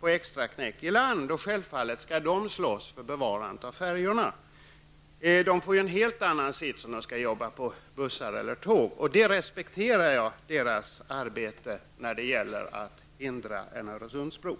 på extraknäck i land. Självfallet skall de slåss för ett bevarande av färjorna. De får en helt annan sits om de skulle arbeta på bussar eller tåg. Jag respekterar deras arbete när det gäller att stoppa en Öresundsbro.